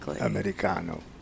Americano